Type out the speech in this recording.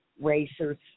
racers